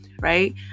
right